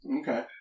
Okay